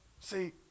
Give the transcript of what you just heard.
See